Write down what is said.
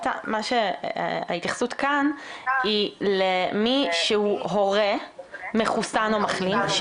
ההתייחסות כאן היא למי שהוא הורה מחוסן או מחלים,